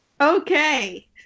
Okay